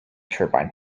turbine